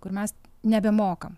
kur mes nebemokam